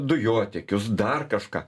dujotiekius dar kažką